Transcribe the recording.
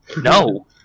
No